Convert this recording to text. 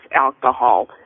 alcohol